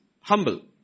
humble